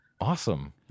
Awesome